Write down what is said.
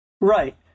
right